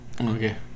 Okay